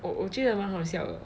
我我觉得蛮好笑的